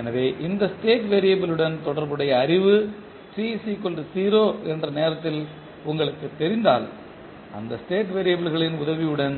எனவே இந்த state variable யுடன் தொடர்புடைய அறிவு t 0 என்ற நேரத்தில் உங்களுக்கு தெரிந்தால் இந்த ஸ்டேட் வேறியபிள் களின் உதவியுடன்